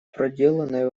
проделанной